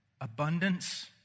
abundance